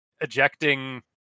ejecting